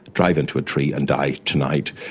drive into a tree and die tonight,